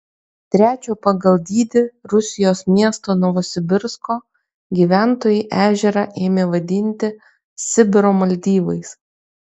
trečio pagal dydį rusijos miesto novosibirsko gyventojai ežerą ėmė vadinti sibiro maldyvais